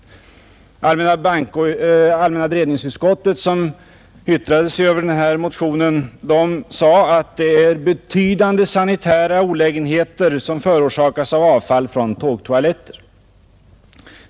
Allmänna beredningsutskottet, som yttrade sig över denna motion, sade att det är betydande sanitära olägenheter som förorsakas av avfall från tågtoaletter.